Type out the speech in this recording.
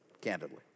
candidly